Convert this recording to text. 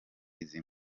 izi